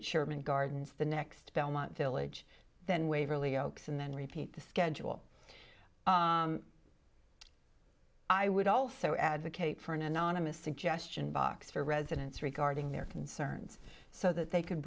a sherman gardens the next belmont village then waverly oaks and then repeat the schedule i would also advocate for an anonymous suggestion box for residents regarding their concerns so that they c